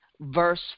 verse